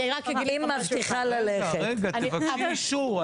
רגע, רגע, תבקשי אישור.